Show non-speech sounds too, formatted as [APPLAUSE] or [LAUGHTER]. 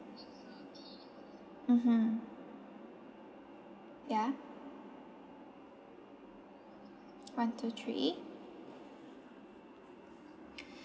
mmhmm ya one two three [BREATH]